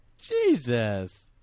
Jesus